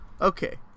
Okay